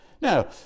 Now